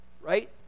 right